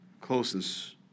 closeness